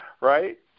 right